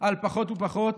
על פחות ופחות,